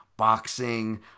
Boxing